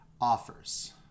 offers